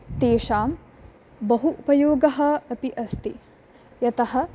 तेषां बहु उपयोगः अपि अस्ति यतः